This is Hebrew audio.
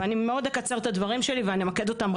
ואני מאוד אקצר את הדברים שלי ואני אמקד אותם,